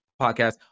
podcast